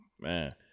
Man